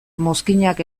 mozkinak